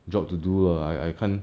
job to do lah I I can't